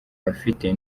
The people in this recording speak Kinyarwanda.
bafite